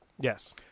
Yes